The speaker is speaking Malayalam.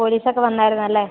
പോലീസൊക്കെ വന്നായിരുന്നു അല്ലേ